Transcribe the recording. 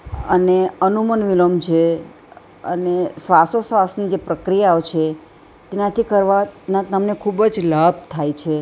અને અનુલોમ વિલોમ છે અને શ્વાસોશ્વાસની જે પ્રક્રિયાઓ છે તેનાથી કરવાના તમને ખૂબ જ લાભ થાય છે